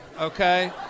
okay